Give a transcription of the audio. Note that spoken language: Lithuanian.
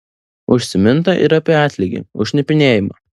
užsiminta ir apie atlygį už šnipinėjimą